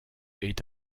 est